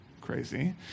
Crazy